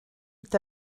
est